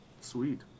Sweet